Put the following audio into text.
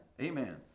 amen